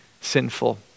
sinful